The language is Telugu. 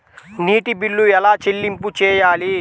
నీటి బిల్లు ఎలా చెల్లింపు చేయాలి?